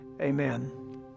amen